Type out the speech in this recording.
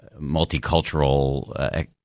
multicultural